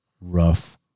rough